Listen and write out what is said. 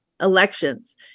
elections